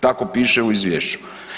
Tako piše u izvješću.